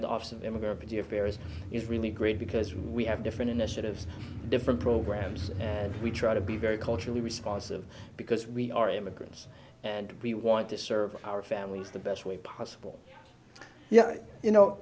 affairs is really great because we have different initiatives different programs and we try to be very culturally responsive because we are immigrants and we want to serve our families the best way possible yeah you know